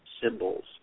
symbols